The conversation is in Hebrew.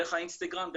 דרך האינסטגרם,